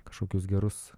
kažkokius gerus